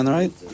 right